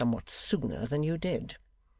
somewhat sooner than you did.